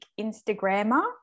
Instagrammer